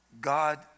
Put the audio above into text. God